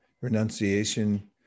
renunciation